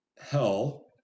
hell